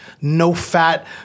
no-fat